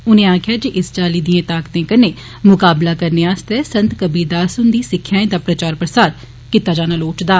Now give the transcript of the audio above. उनें आक्खेआ जे इस चाल्ली दिएं ताकतें कन्नै मुकाबला करने आस्तै संत कबीर दास हुंदी सिक्खेआ दा प्रचार प्रसार कीता जाना लोड़चदा